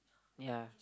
ya